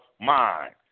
mind